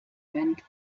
went